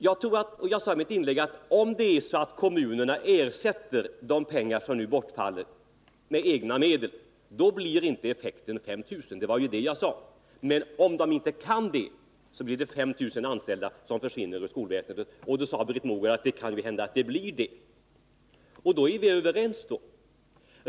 Jag inser att om det är så att kommunerna ersätter de pengar som nu bortfaller med egna medel, då blir inte effekten en personalminskning med 5 000 personer — det var ju detta jag sade i mitt inlägg — men om de inte kan det, så blir följden att 5 000 anställda försvinner ur skolväsendet. Till det sade Britt Mogård att det kan hända att det blir en sådan personalminskning, och då är vi ju överens.